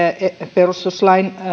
perustuslain